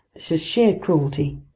this is sheer cruelty!